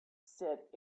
said